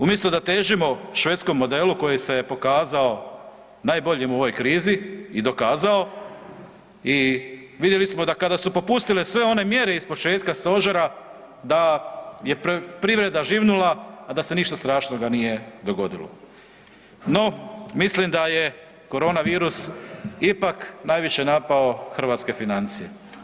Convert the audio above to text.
Umjesto da težimo švedskom modelu koji se pokazao najboljim u ovoj krizi i dokazao i vidjeli smo da kada su popustile sve one mjere iz početka stožera, da je privreda živnula a da se ništa strašnoga nije dogodilo no, mislim da je korona virus ipak najviše napao hrvatske financije.